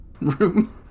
room